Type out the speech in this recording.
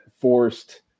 forced